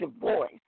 voice